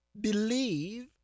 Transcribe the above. believe